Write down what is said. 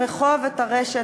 הרחוב את הרשת,